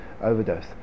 Overdose